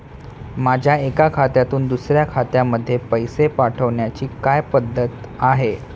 माझ्या एका खात्यातून दुसऱ्या खात्यामध्ये पैसे पाठवण्याची काय पद्धत आहे?